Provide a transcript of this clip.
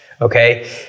okay